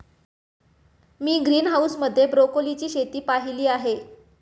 मी greenhouse मध्ये ब्रोकोलीची शेती पाहीली आहे